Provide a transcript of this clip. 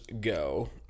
go